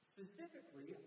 Specifically